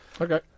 Okay